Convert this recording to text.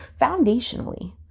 foundationally